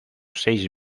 seis